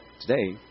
today